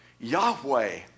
Yahweh